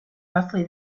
roughly